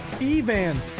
Evan